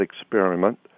experiment